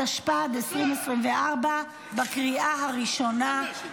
התשפ"ג 2023, בקריאה הראשונה.